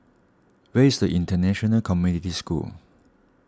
where is International Community School